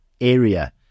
area